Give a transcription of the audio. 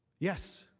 yes,